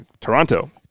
Toronto